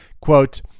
quote